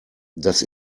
das